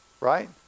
right